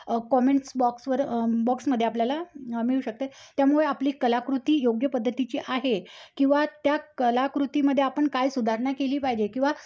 comments बॉक्सवर बॉक्समध्ये आपल्याला मिळू शकते त्यामुळे आपली कलाकृती योग्य पद्धतीची आहे किंवा त्या कलाकृतीमध्ये आपण काय सुधारणा केली पाहिजे किंवा